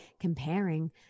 comparing